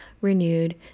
renewed